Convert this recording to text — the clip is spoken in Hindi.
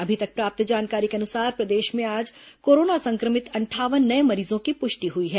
अभी तक प्राप्त जानकारी के अनुसार प्रदेश में आज कोरोना संक्रमित अंठावन नये मरीजों की पुष्टि हुई है